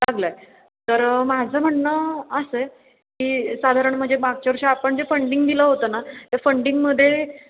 लागलं आहे तर माझं म्हणणं असं आहे की साधारण म्हणजे मागच्या वर्षी आपण जे फंडिंग दिलं होतं ना त्या फंडिंगमध्ये